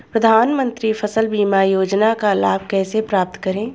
प्रधानमंत्री फसल बीमा योजना का लाभ कैसे प्राप्त करें?